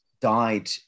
died